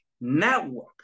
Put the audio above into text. network